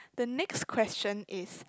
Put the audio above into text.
the next question is